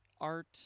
art